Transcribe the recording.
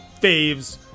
faves